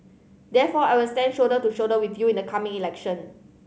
therefore I will stand shoulder to shoulder with you in the coming election